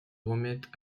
remettent